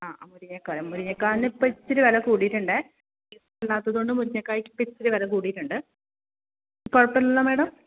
ആ മുരിങ്ങക്കായ മുരിങ്ങക്ക ഇപ്പോൾ ഇത്തിരി വില കൂടിയിട്ടുണ്ട് സീസണല്ലാത്തതുകൊണ്ട് മുരിങ്ങക്കായക്ക് ഇപ്പോൾ ഇത്തിരി വില കൂടിയിട്ടുണ്ടേ കുഴപ്പമില്ലല്ലോ മാഡം